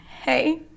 Hey